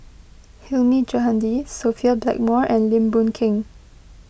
Hilmi Johandi Sophia Blackmore and Lim Boon Keng